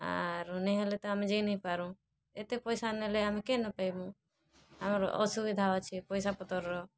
ଆରୁ ନେଇ ହେଲେ ତ ଆମେ ଯାଇ ନାଇଁ ପାରୁଁ ଏତେ ପଇସା ନେଲେ ଆମେ କେନ୍ନୁ ପାଇମୁ ଆମର୍ ଅସୁବିଧା ଅଛେ ପଇସା ପତର୍ ର